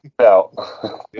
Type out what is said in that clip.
out